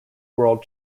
world